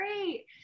great